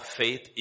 faith